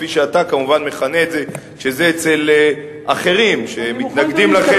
כפי שאתה כמובן מכנה את זה כשזה אצל אחרים שמתנגדים לכם פוליטית.